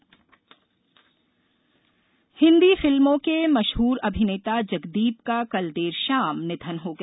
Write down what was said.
जगदीप निधन हिन्दी फिल्मों के मशहूर अभिनेता जगदीप का कल देर शाम निधन हो गया